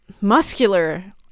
muscular